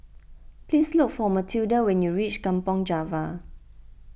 please look for Mathilda when you reach Kampong Java